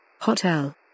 Hotel